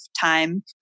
time